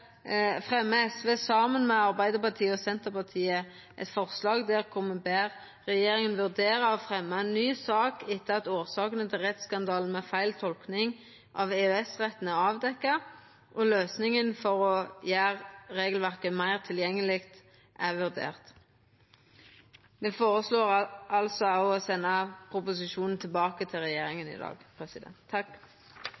saman med Arbeidarpartiet og Senterpartiet – eit forslag der me ber regjeringa vurdera å fremja ny sak etter at årsakene til rettsskandalen med feil tolking av EØS-retten er avdekte, og løysingar for å gjera regelverket meir tilgjengeleg er vurderte. Me føreslår òg i dag å senda proposisjonen tilbake til regjeringa.